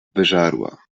wyżarła